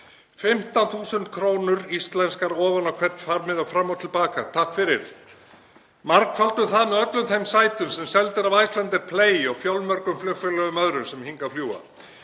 15.000 kr. íslenskar ofan á hvern farmiða og fram og til baka — takk fyrir. Margföldum það með öllum þeim sætum sem seld eru af Icelandair, Play og fjölmörgum flugfélögum öðrum sem hingað fljúga.